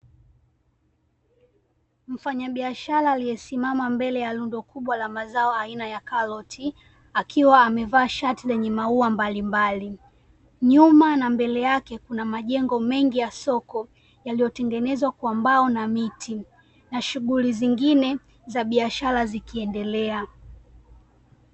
Mfanyabiashara aliyesimama mbele ya rundo kubwa la mazao aina ya karoti, akiwa amevaa shati lenye maua mbalimbali, nyuma na mbele yake kuna majengo mengi ya soko, yaliyotengenezwa kwa mbao na miti, na shughuli zingine za biashara zikiendelea.